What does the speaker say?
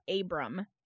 Abram